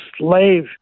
slave